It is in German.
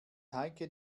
heike